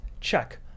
Check